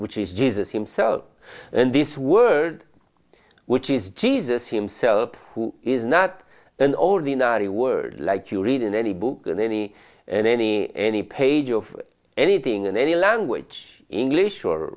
which is jesus himself and this word which is jesus himself who is not an ordinary word like you read in any book in any and any any page of anything in any language english or